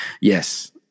yes